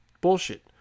bullshit